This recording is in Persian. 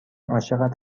عاشقت